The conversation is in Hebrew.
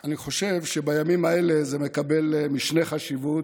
אני חושב שבימים האלה זה מקבל משנה חשיבות.